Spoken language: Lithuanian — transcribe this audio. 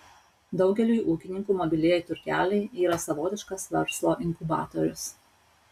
daugeliui ūkininkų mobilieji turgeliai yra savotiškas verslo inkubatorius